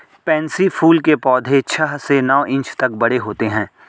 pansy फूल के पौधे छह से नौ इंच तक बड़े होते हैं